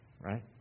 Right